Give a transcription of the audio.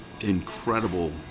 incredible